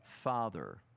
Father